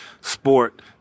sport